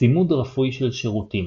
צימוד רפוי של שירותים